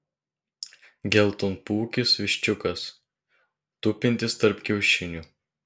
geltonpūkis viščiukas tupintis tarp kiaušinių